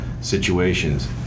situations